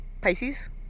Pisces